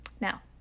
now